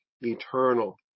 eternal